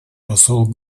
посол